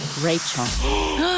Rachel